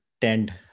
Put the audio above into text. tend